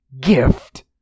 Gift